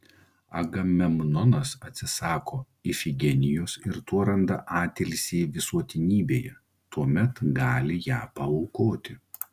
agamemnonas atsisako ifigenijos ir tuo randa atilsį visuotinybėje tuomet gali ją paaukoti